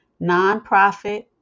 Nonprofit